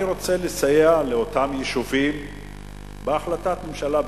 רוצה לסייע לאותם יישובים בהחלטת ממשלה,